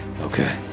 Okay